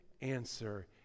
answer